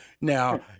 Now